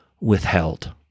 withheld